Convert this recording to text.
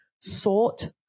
sought